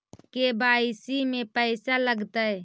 KYC में पैसा लगतै?